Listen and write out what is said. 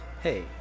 Hey